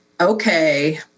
okay